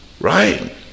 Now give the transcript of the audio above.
right